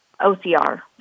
OCR